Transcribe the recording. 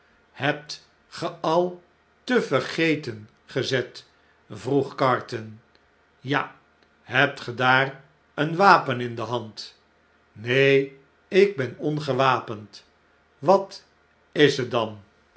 was hebtge al te vergeten gezet vroeg carton b ja hebt ge daar een wapen in dehand neen ik ben ongewapend wat is het dan